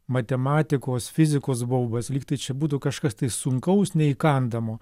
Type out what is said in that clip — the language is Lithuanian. matematikos fizikos baubas lygtai čia būtų kažkas tai sunkaus neįkandamo